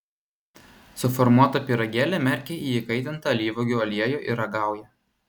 suformuotą pyragėlį merkia į įkaitintą alyvuogių aliejų ir ragauja